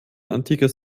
antikes